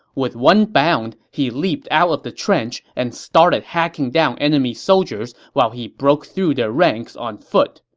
with one bound, he leaped out of the trench and started hacking down enemy soldiers while he broke through their ranks on foot.